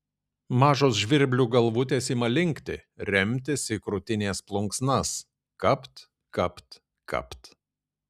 mažos žvirblių galvutės ima linkti remtis į krūtinės plunksnas kapt kapt kapt